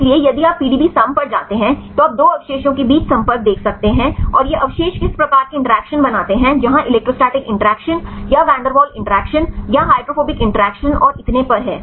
इसलिए यदि आप PDBसम पर जाते हैं तो आप 2 अवशेषों के बीच संपर्क देख सकते हैं और ये अवशेष किस प्रकार के इंटरैक्शन बनाते हैं जहां इलेक्ट्रोस्टैटिक इंटरैक्शन या वैन डेर वाल्स इंटरैक्शन या हाइड्रोफोबिक इंटरैक्शन और इतने पर है